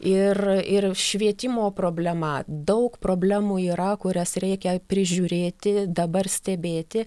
ir ir švietimo problema daug problemų yra kurias reikia prižiūrėti dabar stebėti